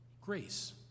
grace